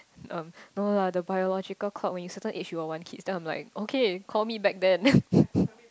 erm no la the biological clock when you certain age you will want kids then I'm like okay call me back then